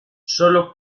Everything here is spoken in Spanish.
sólo